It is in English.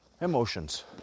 emotions